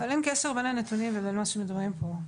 אין קשר בין הנתונים לבין מה שמדברים פה.